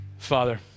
Father